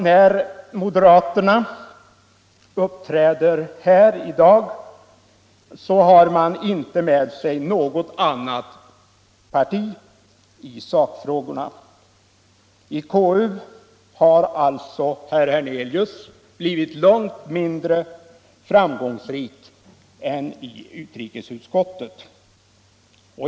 När moderaterna uppträder här i dag, har de inte med sig något annat parti i sakfrågorna. I konstitutionsutskottet har alltså herr Hernelius blivit långt mindre framgångsrik än i utrikesutskottet.